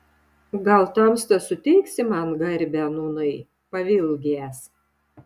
gal tamsta suteiksi man garbę nūnai pavilgęs